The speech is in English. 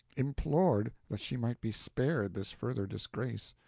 implored that she might be spared this further disgrace,